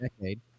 decade